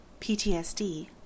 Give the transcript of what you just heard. PTSD